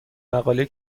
مقاله